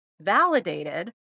validated